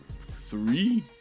three